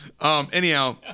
anyhow